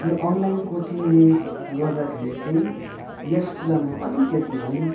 यो अनलाइन कोचिङले गर्दाखेरि चाहिँ यस कुरामा अलिकति पनि